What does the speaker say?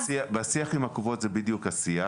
בשיח עם הקופות זה בדיוק השיח,